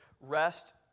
rest